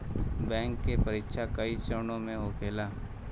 bank के परीक्षा कई चरणों में होखेला